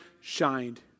shined